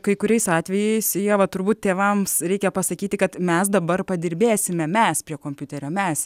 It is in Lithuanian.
kai kuriais atvejais ieva turbūt tėvams reikia pasakyti kad mes dabar padirbėsime mes prie kompiuterio mes